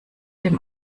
dem